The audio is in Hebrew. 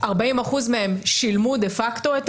40 אחוזים מהם שילמו דה פקטו את